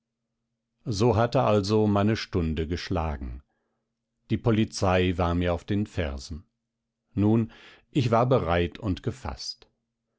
so hatte also meine stunde geschlagen die polizei war mir auf den fersen nun ich war bereit und gefaßt